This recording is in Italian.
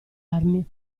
armi